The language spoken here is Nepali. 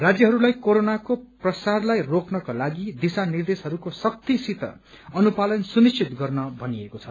राज्यहरूलाई कोरोनाको प्रसारलाई रोक्नस्रे लागि दिशा निर्देशहरूको सख्तीसित अनुपालन सुनिश्वित गर्न भनिएको छ